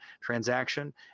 transaction